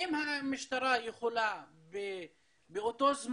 שהתקשרה למשטרה אולי שעה-שעתיים לפני הרצח וביקשה הגנה ואמרה